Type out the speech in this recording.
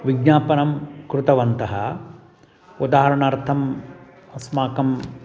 विज्ञापनं कृतवन्तः उदाहरणार्थम् अस्माकं